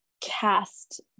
cast